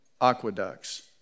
aqueducts